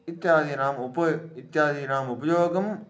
इत्यादीनाम् उप इत्यादीनाम् उपयोगम्